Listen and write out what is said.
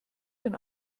den